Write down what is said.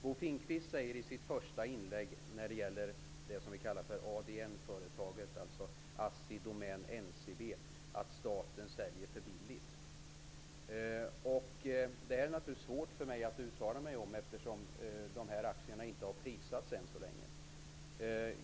Bo Finnkvist sade i sitt första inlägg om ADN företaget -- ASSI--Domän--NCB -- att staten säljer för billigt. Det är naturligtvis svårt för mig att uttala mig om det, eftersom dessa aktier inte har prissatts än.